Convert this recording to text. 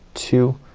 two,